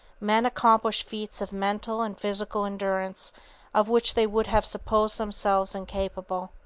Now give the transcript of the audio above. men accomplish feats of mental and physical endurance of which they would have supposed themselves incapable.